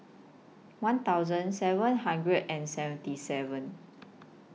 one thousand seven hundred and seventy seven